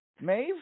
Maeve